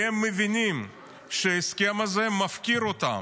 כי הם מבינים שההסכם הזה מפקיר אותם.